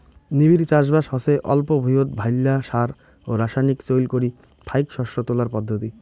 নিবিড় চাষবাস হসে অল্প ভুঁইয়ত ভাইল্লা সার ও রাসায়নিক চইল করি ফাইক শস্য তোলার পদ্ধতি